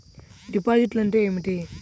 డిపాజిట్లు అంటే ఏమిటి?